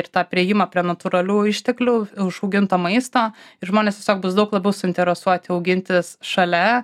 ir tą priėjimą prie natūralių išteklių užaugintą maistą ir žmonės tiesiog bus daug labiau suinteresuoti augintis šalia